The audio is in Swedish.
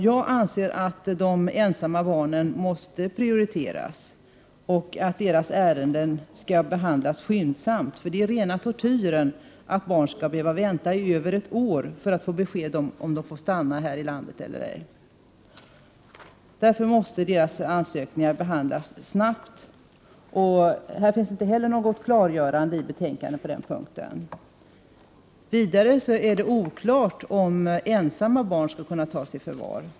Jag anser att de ensamma barnen måste prioriteras och att deras ärenden skall behandlas skyndsamt. Det är rena tortyren att barn skall behöva vänta över ett år på besked om huruvida de får stanna i Sverige eller ej. Därför måste deras ansökningar behandlas snabbt. Inte heller på den punkten finns det något klargörande i betänkandet. Vidare är det oklart om ensamma barn skall kunna tas i förvar.